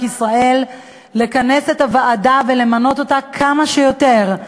ישראל לכנס את הוועדה ולמנות אותה כמה שיותר מהר,